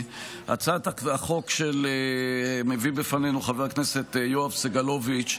הצעת החוק שמביא בפנינו חבר הכנסת יואב סגלוביץ'